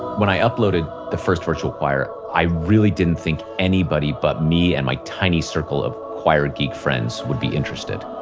when i uploaded the first virtual choir, i really didn't think anybody but me and my tiny circle of choir geek friends would be interested.